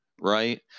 right